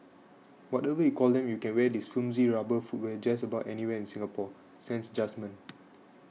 whatever you call them you can wear this flimsy rubber footwear just about anywhere in Singapore sans judgement